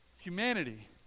humanity